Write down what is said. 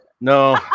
No